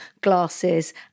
glasses